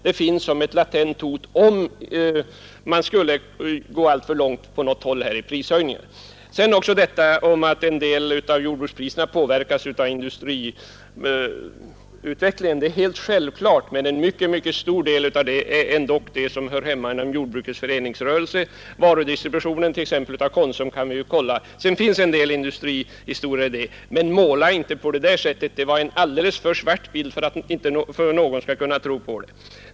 Det finns som ett latent hot, om man på något håll skulle gå alltför långt i prishöjningar. Att en del av jordbrukspriserna påverkas av industriutvecklingen är helt självklart, men en mycket stor del hör hemma inom jordbrukets föreningsrörelse. Varudistributionen hos exempelvis Konsum kan vi ju kolla. Visst faller en del på industrin, men måla inte på det där sättet. Det var en alldeles för svart bild för att någon skall kunna tro på den.